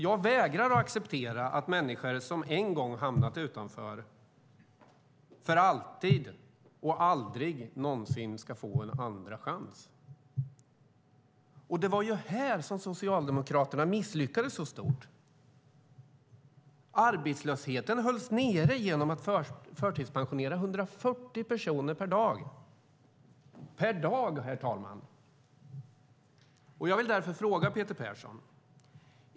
Jag vägrar att acceptera att människor som en gång hamnat utanför aldrig någonsin ska få en andra chans. Det var här Socialdemokraterna misslyckades stort. Arbetslösheten hölls nere genom att man förtidspensionerade 140 personer per dag. Per dag, herr talman! Peter Persson!